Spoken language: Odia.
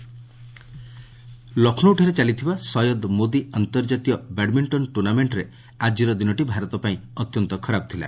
ବ୍ୟାଡ୍ମିଣ୍ଟନ୍ ଲକ୍ଷ୍ରୌଠାରେ ଚାଲିଥିବା ସୟଦ୍ ମୋଦି ଅନ୍ତର୍ଜାତୀୟ ବ୍ୟାଡ୍ମିଣ୍ଟନ ଟୁର୍ଣ୍ଣାମେଖରେ ଆଜିର ଦିନଟି ଭାରତପାଇଁ ଅତ୍ୟନ୍ତ ଖରାପ ଥିଲା